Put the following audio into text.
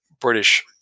British